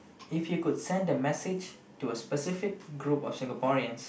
if you could a send a message to a specific group of Singaporeans